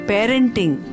Parenting